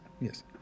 Yes